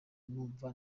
numva